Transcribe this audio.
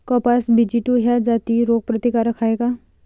कपास BG two ह्या जाती रोग प्रतिकारक हाये का?